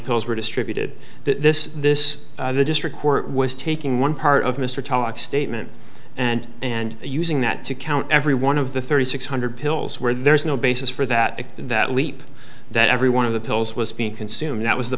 pills were distributed this this the district court was taking one part of mr tulloch statement and and using that to count every one of the thirty six hundred pills where there is no basis for that in that leap that every one of the pills was being consumed that was the